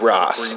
Ross